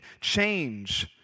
change